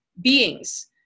beings